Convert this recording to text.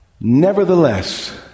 Nevertheless